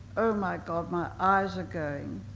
oh my god, my eyes are going,